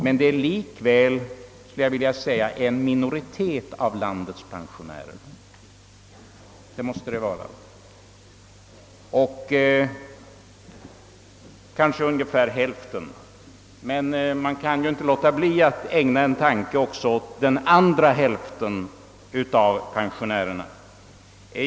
Men det är likväl höjning en minoritet av landets pensionärer, kanske ungefär hälften. Man kan inte låta bli att ägna också den andra hälften av pensionärerna en tanke.